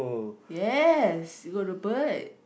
yes you got the bird